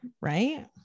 Right